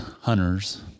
hunters